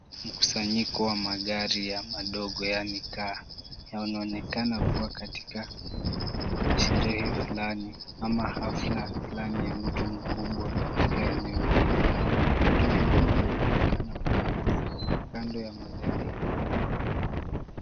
Mkusanyiko wa magari ya madogo yaani kaa yanaonekana kua katika sherehe fulani ama hafla fulani ya mtu mkubwa katika eneo hili. Watu wengine wanaonekana kua wamesimama kando ya magari haya.